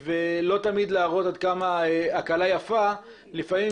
לא תמיד להראות עד כמה הכלה יפה אלא לפעמים